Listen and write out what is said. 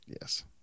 yes